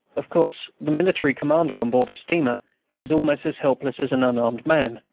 of course, the military commander on board a steamer is almost as helpless as an unarmed man,